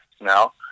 now